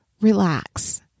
relax